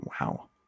Wow